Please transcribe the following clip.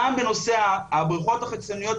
גם בנושא הבריכות החיצוניות,